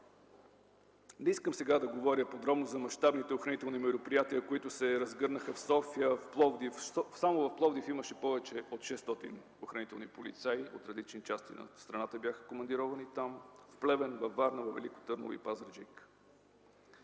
Не искам сега да говоря подробно за мащабните охранителни мероприятия, които се разгърнаха в София и Пловдив. Само в Пловдив имаше повече от 600 охранителни полицаи в различни места. Те бяха командировани там от различни краища на страната, в Плевен, във Варна, във Велико Търново и Пазарджик.